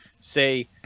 say